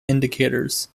indicators